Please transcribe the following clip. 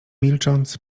milcząc